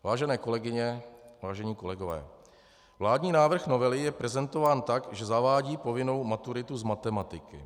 Vážené kolegyně, vážení kolegové, vládní návrh novely je prezentován tak, že zavádí povinnou maturitu z matematiky.